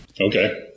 Okay